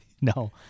No